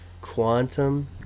Quantum